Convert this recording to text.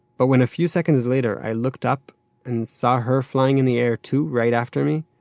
but when a few second later i looked up and saw her flying in the air too, right after me,